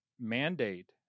mandate